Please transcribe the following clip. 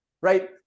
right